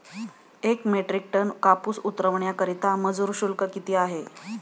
एक metric ton कापूस उतरवण्याकरता मजूर शुल्क किती आहे?